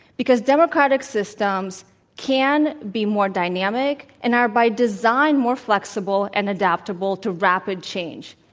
because democratic systems can be more dynamic and are by design more flexible and adaptable to rapid change.